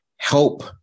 Help